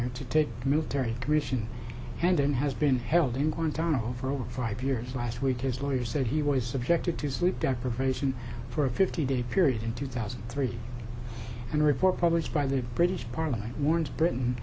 r to take a military commission and then has been held in guantanamo for over five years last week his lawyer said he was subjected to sleep deprivation for a fifty day period in two thousand and three and a report published by the british parliament warns britain